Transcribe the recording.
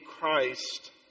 Christ